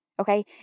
okay